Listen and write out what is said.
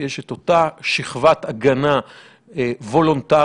יש את אותה שכבת הגנה וולונטרית